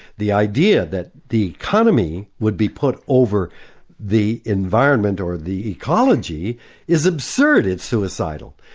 the idea that the economy would be put over the environment or the ecology is absurd. it's suicidal.